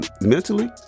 mentally